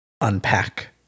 unpack